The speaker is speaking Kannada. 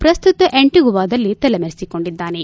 ಪ್ರಸ್ತುತ ಅಂಟಿಗುವಾದಲ್ಲಿ ತಲೆಮರಿಸಿಕೊಂಡಿದ್ದಾನೆ